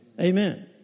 Amen